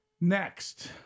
Next